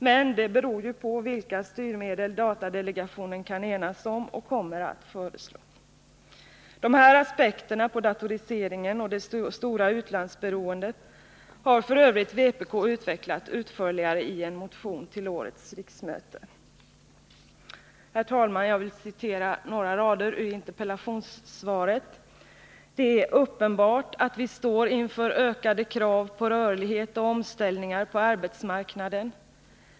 Men det beror ju på vilka styrmedel datadelegationen kan enas om och kommer att föreslå. De här aspekterna på datoriseringen och det stora utlandsberoendet har f. ö. vpk utvecklat utförligare i en motion till årets riksmöte. Jag vill citera några rader ur interpellationssvaret: ”Det är uppenbart att vi står inför ökade krav på rörlighet och omställningar på arbetsmarknaden.